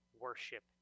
worship